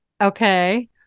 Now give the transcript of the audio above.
Okay